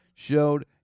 showed